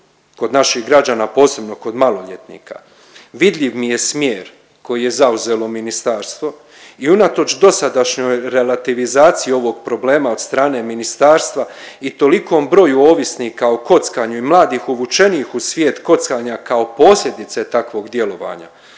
kod naših građana, a posebno kod maloljetnika. Vidljiv mi je smjer koji je zauzelo ministarstvo i unatoč dosadašnjoj relativizaciji ovog problema od strane ministarstva i tolikom broju ovisnika o kockanju i mladih uvučenih u svijet kockanja kao posljedice takvog djelovanja,